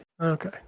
Okay